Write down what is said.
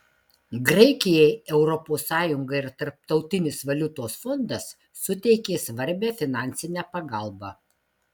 graikijai europos sąjunga ir tarptautinis valiutos fondas suteikė svarbią finansinę pagalbą